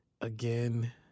again